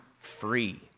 free